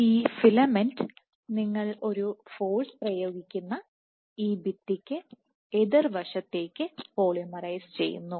ഈ ഫിലമെന്റ് നിങ്ങൾ ഒരു ഫോഴ്സ് പ്രയോഗിക്കുന്ന ഈ ഭിത്തിക്ക് എതിർവശത്തേക്ക് പോളിമറൈസ് ചെയ്യുന്നു